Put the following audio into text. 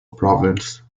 province